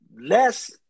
less